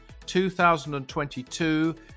2022